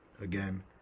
Again